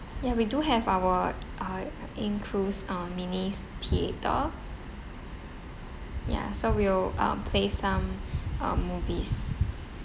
ya we do have our uh in cruise uh minis theater ya so we'll um play some um movies